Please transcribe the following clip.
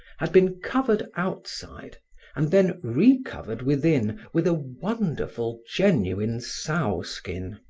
had been covered outside and then recovered within with a wonderful genuine sow skin,